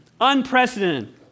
Unprecedented